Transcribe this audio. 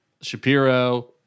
Shapiro